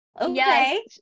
Okay